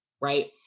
Right